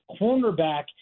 cornerback